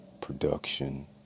production